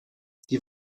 die